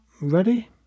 Ready